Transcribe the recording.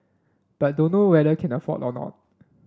but dunno whether can afford or not